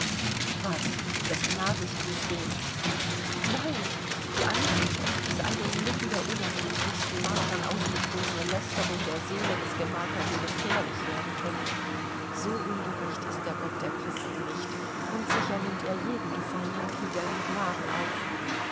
was das gnadenstoßgeben nein die ansicht daß eine inmitten der unerträglichsten martern ausgestoßene lästerung der seele des gemarterten gefährlich werden könne so ungerecht ist der gott der christen nicht und sicher nimmt er jeden gefallenen krieger in gnaden auf